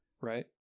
right